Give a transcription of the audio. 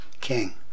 king